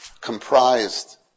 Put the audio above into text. comprised